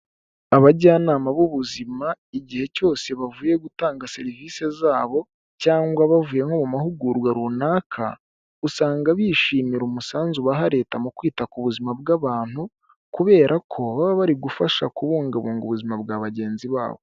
Abajyanama b'ubuzima igihe cyose bavuye gutanga serivisi zabo, cyangwa bavuye nko mu mahugurwa runaka, usanga bishimira umusanzu baha leta mu kwita ku buzima bw'abantu, kubera ko baba bari gufasha kubungabunga ubuzima bwa bagenzi babo.